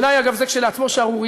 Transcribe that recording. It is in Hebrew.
בעיני, אגב, זה כשלעצמו שערורייה.